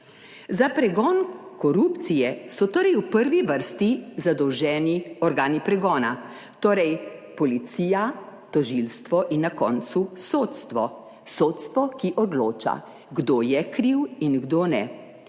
Za pregon korupcije so torej v prvi vrsti zadolženi organi pregona, torej policija, tožilstvo in na koncu sodstvo. Sodstvo, ki odloča kdo je 12.